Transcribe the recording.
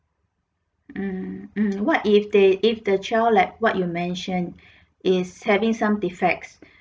mm mm what if they if the child like what you mention is having some defects